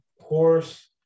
horse